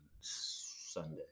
Sunday